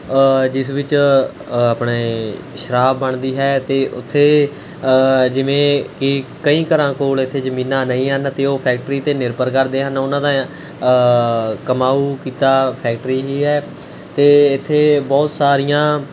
ਜਿਸ ਵਿੱਚ ਆਪਣੇ ਸ਼ਰਾਬ ਬਣਦੀ ਹੈ ਅਤੇ ਉੱਥੇ ਜਿਵੇਂ ਕਿ ਕਈ ਘਰਾਂ ਕੋਲ ਇੱਥੇ ਜ਼ਮੀਨਾਂ ਨਹੀਂ ਹਨ ਅਤੇ ਉਹ ਫੈਕਟਰੀ 'ਤੇ ਨਿਰਭਰ ਕਰਦੇ ਹਨ ਉਹਨਾਂ ਦਾ ਕਮਾਊ ਕਿੱਤਾ ਫੈਕਟਰੀ ਹੀ ਹੈ ਅਤੇ ਇੱਥੇ ਬਹੁਤ ਸਾਰੀਆਂ